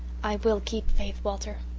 i will keep faith, walter,